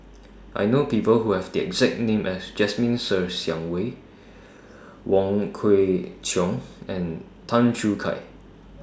I know People Who Have The exact name as Jasmine Ser Xiang Wei Wong Kwei Cheong and Tan Choo Kai